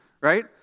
right